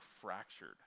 fractured